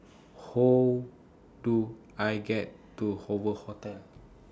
How Do I get to Hoover Hotel